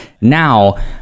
Now